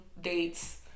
dates